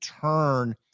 turn